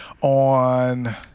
on